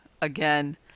again